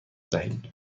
دهید